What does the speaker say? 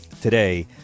today